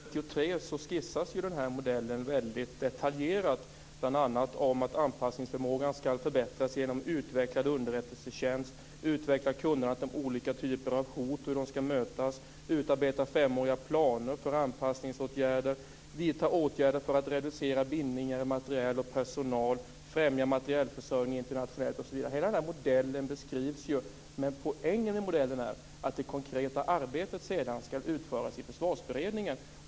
Fru talman! I betänkandet på s. 32 och 33 skissas den här modellen väldigt detaljerat. Bl.a. står det att anpassningsförmågan skall förbättras genom utvecklad underrättelsetjänst och utvecklat kunnande om olika typer av hot och hur de skall mötas. Man skall utarbeta femåriga planer för anpassningsåtgärder, vidta åtgärder för att reducera bindningar i materiel och personal, främja materielförsörjningen internationellt osv. Hela den här modellen beskrivs, men poängen i modellen är att det konkreta arbetet sedan skall utföras i Försvarsberedningen.